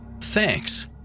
Thanks